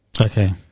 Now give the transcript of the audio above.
Okay